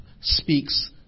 speaks